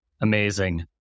Amazing